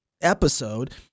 episode